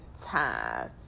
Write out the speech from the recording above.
time